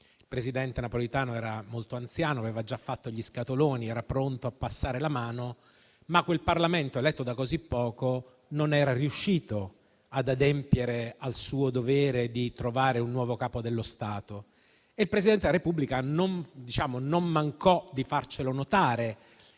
Il presidente Napolitano era molto anziano, aveva già preparato gli scatoloni, era pronto a passare la mano, ma quel Parlamento eletto da così poco non era riuscito ad adempiere al suo dovere di trovare un nuovo Capo dello Stato. E il Presidente della Repubblica non mancò di farcelo notare